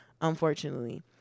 unfortunately